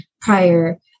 prior